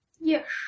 Yes